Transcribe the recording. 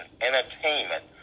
entertainment